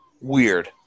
Weird